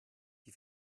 die